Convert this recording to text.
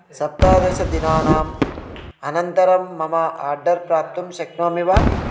सप्तादशदिनानाम् अनन्तरं मम आर्डर् प्राप्तुं शक्नोमि वा